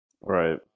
Right